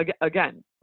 again